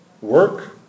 work